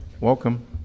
Welcome